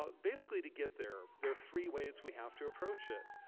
ah basically to get there there are three ways we have to approach it.